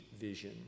vision